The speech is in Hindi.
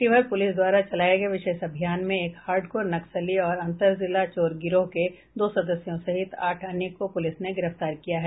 शिवहर पुलिस द्वारा चलाए गए विशेष अभियान में एक हार्डकोर नक्सली और अंतर जिला चोर गिरोह के दो सदस्यों सहित आठ अन्य को पुलिस ने गिरफ्तार किया है